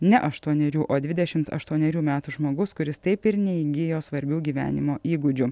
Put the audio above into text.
ne aštuonerių o dvidešim aštuonerių metų žmogus kuris taip ir neįgijo svarbių gyvenimo įgūdžių